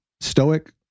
stoic